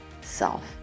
self